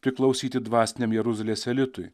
priklausyti dvasiniam jeruzalės elitui